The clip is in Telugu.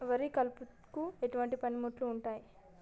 వరి కలుపుకు ఎటువంటి పనిముట్లు ఉంటాయి?